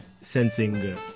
sensing